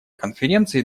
конференции